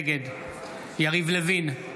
נגד יריב לוין,